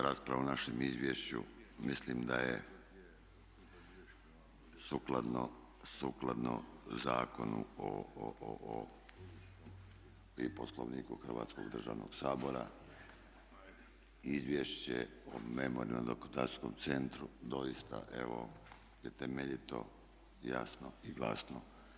Rasprava o našem izvješću mislim da je sukladno zakonu i Poslovniku Hrvatskog državnog sabora, Izvješće o Memorijalno-dokumentacijskom centru doista evo je temeljito, jasno i glasno.